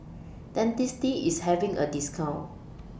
Dentiste IS having A discount